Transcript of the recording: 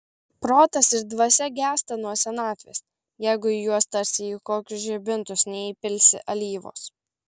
protas ir dvasia gęsta nuo senatvės jeigu į juos tarsi į kokius žibintus neįpilsi alyvos